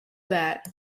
that